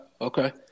okay